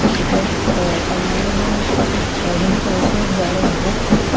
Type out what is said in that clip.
it has ah amazing ah resources, lots of books,